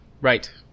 Right